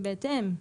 היא בהתאם,